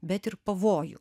bet ir pavojų